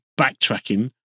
backtracking